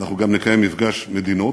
אנחנו גם נקיים מפגש מדינות,